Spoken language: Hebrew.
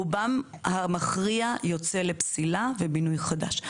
רובם המכריע יוצא לפסילה ובינוי חדש,